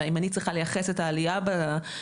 ואם אני צריכה לייחס את העלייה באמון,